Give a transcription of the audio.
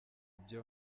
byo